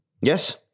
Yes